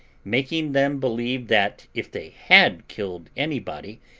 making them believe that, if they had killed anybody,